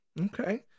okay